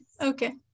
okay